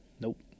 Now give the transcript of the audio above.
Nope